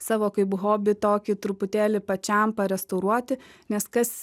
savo kaip hobį tokį truputėlį pačiam parestauruoti nes kas